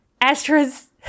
Astra's